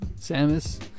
Samus